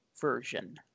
version